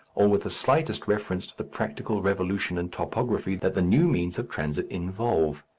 or with the slightest reference to the practical revolution in topography that the new means of transit involve.